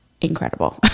incredible